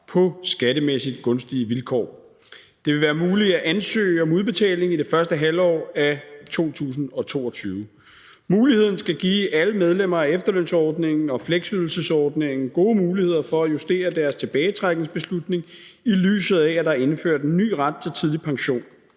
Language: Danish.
på skattemæssigt gunstige vilkår. Det vil være muligt at ansøge om udbetaling i det første halvår af 2022. Muligheden skal give alle medlemmer af efterlønsordningen og fleksydelsesordningen gode muligheder for at justere deres tilbagetrækningsbeslutning, i lyset af at der er indført en ny ret til tidlig pension.